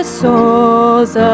souls